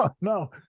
No